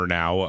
now